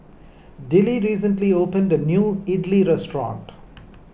Dillie recently opened a new Idili restaurant